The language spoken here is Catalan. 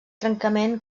trencament